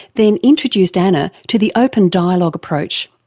then introduced anna to the open dialogue approach.